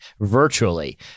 virtually